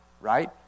right